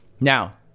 Now